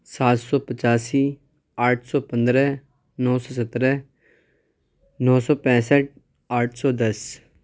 سات سو پچاسی آٹھ سو پندرہ نو سو سترہ نو سو پینسٹھ آٹھ سو دس